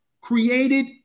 created